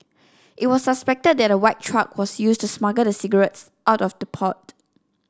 it was suspected that a white truck was used to smuggle the cigarettes out of the port